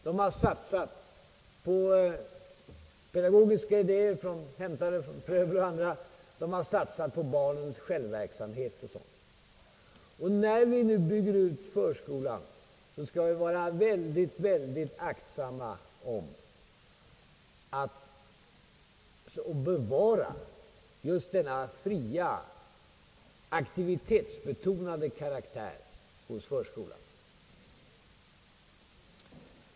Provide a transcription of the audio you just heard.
Den har satsat på andra pedagogiska idéer, på barnens självverksamhet och sådant. När vi nu bygger ut förskolan skall vi vara mycket aktsamma om och bevara denna fria, aktivitetsbetonade karaktär hos förskolan.